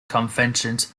conventions